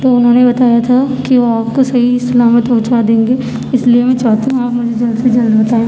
تو انہوں نے بتایا تھا کہ وہ آپ کو صحیح سلامت پہنچا دیں گے اس لیے میں چاہتی ہوں آپ مجھے جلد سے جلد بتائیں